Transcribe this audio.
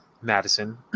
Madison